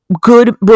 good